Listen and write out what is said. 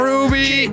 Ruby